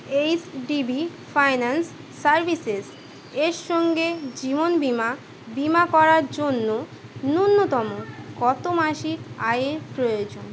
HDB finance services এর সঙ্গে জীবন বিমা বিমা করার জন্য ন্যূনতম কত মাসিক আয়ের প্রয়োজন